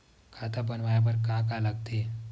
खाता बनवाय बर का का लगथे?